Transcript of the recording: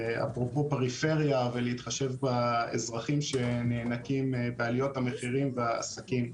אפרופו פריפריה ולהתחשב באזרחים שנאנקים בעלויות המחירים בעסקים,